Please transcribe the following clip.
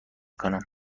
کنم